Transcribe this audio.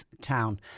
Town